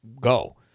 go